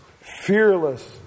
fearless